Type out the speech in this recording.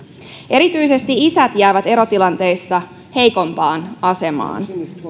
erityisesti isät jäävät erotilanteissa heikompaan asemaan